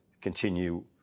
continue